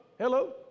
Hello